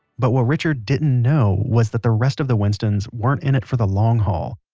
but what richard didn't know was that the rest of the winstons weren't in it for the long haul.